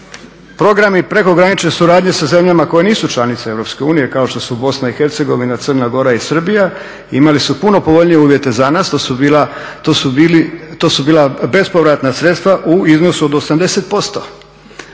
programi prekogranične suradnje sa zemljama koje nisu članice EU kao što su Bosna i Hercegovina, Crna Gora i Srbija imali su puno povoljnije uvjete za nas. To su bila bespovratna sredstva u iznosu od 80%.